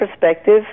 perspective